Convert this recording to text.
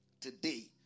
today